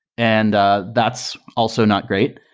and ah that's also not great.